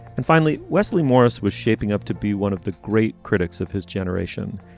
and finally wesley morris was shaping up to be one of the great critics of his generation.